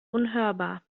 unhörbar